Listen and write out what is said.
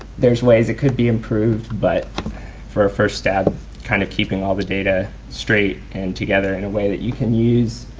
there's ways it could be improved but for a first stab kind of keeping all the data straight and together in a way you can use.